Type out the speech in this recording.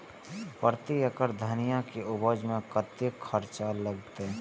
प्रति एकड़ धनिया के उपज में कतेक खर्चा लगते?